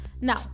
Now